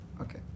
Okay